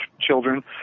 children